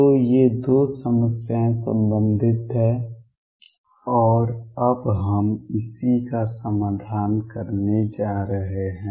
तो ये दो समस्याएं संबंधित हैं और अब हम इसी का समाधान करने जा रहे हैं